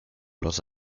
los